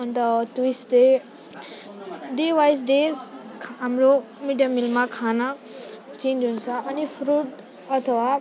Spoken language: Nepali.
अन्त ट्युसडे डे वाइज डे हाम्रो मिडडे मिलमा खाना चेन्ज हुन्छ अनि फ्रुट अथवा